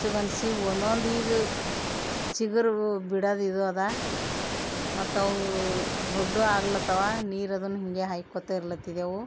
ಹಚ್ಚಗೆ ಅನಿಸಿ ಒಂದೊಂದು ಈಗ ಚಿಗುರು ಬಿಡೋದಿದು ಅದ ಮತ್ತು ಅವು ದೊಡ್ಡ ಆಗ್ಲತ್ತವ ನೀರು ಅದನ್ನು ಹೀಗೆ ಹಾಯ್ಕೋತ ಇರ್ಲತ್ತಿದೇವು